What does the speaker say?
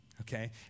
Okay